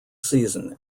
season